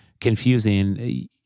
confusing